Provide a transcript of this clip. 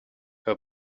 her